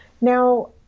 Now